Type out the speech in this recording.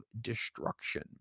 Destruction